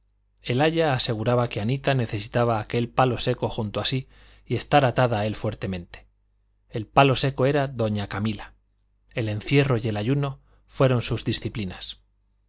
el aya aseguraba que anita necesitaba aquel palo seco junto a sí y estar atada a él fuertemente el palo seco era doña camila el encierro y el ayuno fueron sus disciplinas